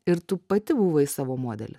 ir tu pati buvai savo modelis